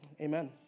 Amen